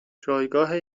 جایگاه